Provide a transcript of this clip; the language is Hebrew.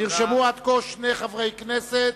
נרשמו עד כה שני חברי כנסת,